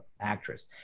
actress